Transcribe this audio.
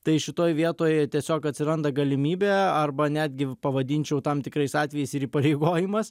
tai šitoj vietoj tiesiog atsiranda galimybė arba netgi pavadinčiau tam tikrais atvejais ir įpareigojimas